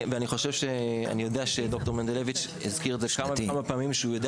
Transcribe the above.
אני יודע שד"ר מנדלוביץ' הדגיש כמה פעמים שהוא יודע